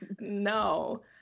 no